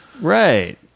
Right